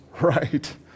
right